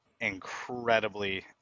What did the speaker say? incredibly